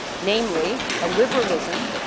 namely, a liberalism